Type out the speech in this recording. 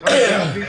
ורם זהבי